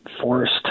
forced